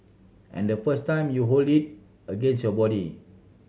and the first time you hold it against your body